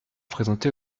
présenté